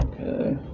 Okay